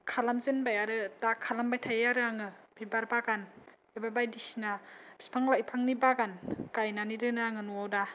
खालाम जेनबाय आरो दा खालामबाय थायो आरो आङो बिबार बागान एबा बायदि सिना बिफां लाइफांनि बागान गायनानै दोनो आङो न'आव दा